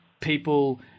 people